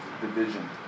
division